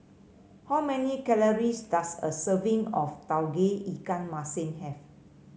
how many calories does a serving of Tauge Ikan Masin have